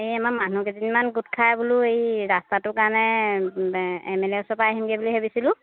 এই আমাৰ মানুহ কেইজনীমান গোট খাই বোলো এই ৰাস্তাটোৰ কাৰণে এম এল এ ওচৰৰপৰা আহিমগৈ বুলি ভাবিছিলোঁ